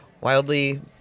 Wildly